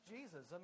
Jesus